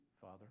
father